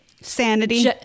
sanity